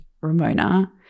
Ramona